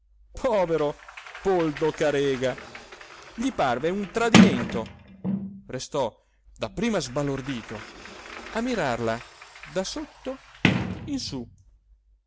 povero poldo carega gli parve un tradimento restò dapprima sbalordito a mirarla da sotto in su